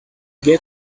get